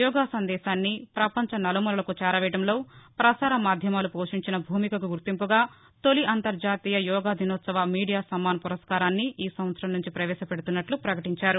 యోగా సందేశాన్ని ప్రపంచ నలుమూలలకు చేరవేయడంలో పసార మాధ్యమాలు పోషించిన భూమికకు గుర్తింపుగా తొలి అంతర్జాతీయ యోగా దినోత్సవ మీడియా సమ్మాన్ పురస్కారాన్ని ఈ సంవత్సరం నుంచి పవేశపెడుతున్నట్లు పకటించారు